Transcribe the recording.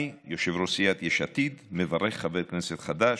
אני, יושב-ראש סיעת יש עתיד, מברך חבר כנסת חדש,